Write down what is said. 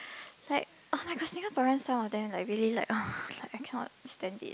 like oh-my-god Singaporean some of them like really like ugh I cannot stand it